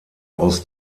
aus